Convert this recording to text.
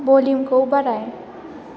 भलिउमखौ बाराय